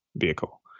vehicle